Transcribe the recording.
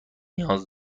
نیاز